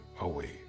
away